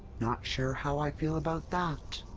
not sure how i feel about that.